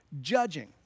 Judging